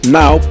now